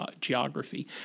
geography